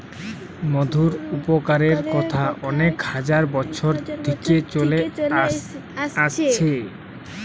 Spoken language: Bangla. মধুর উপকারের কথা অনেক হাজার বছর থিকে চলে আসছে